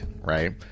right